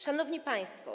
Szanowni Państwo!